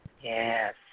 Yes